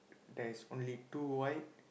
there is only two white